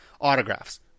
autographs